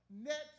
next